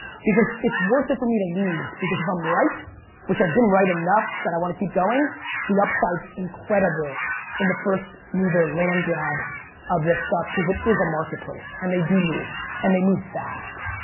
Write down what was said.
because it's worth it for me to lose because if i'm right which i've been right enough that i want to keep going the upside's incredible in the first mover land grab of this stuff because it is a marketplace and they do move and they move fast.